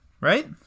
right